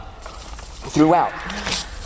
throughout